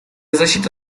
защиты